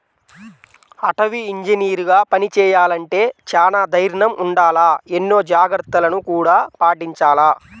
అటవీ ఇంజనీరుగా పని చెయ్యాలంటే చానా దైర్నం ఉండాల, ఎన్నో జాగర్తలను గూడా పాటించాల